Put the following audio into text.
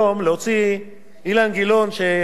שיעלה ויציע הצעת חוק של הוועדה,